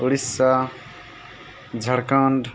Odisha Jharkhand